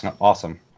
Awesome